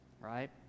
right